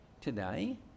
Today